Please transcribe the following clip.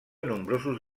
nombrosos